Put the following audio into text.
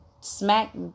smack